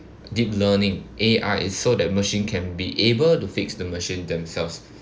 deep learning A_I it's so that machine can be able to fix the machine themselves